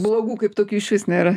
blogų kaip tokių išvis nėra